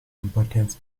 importance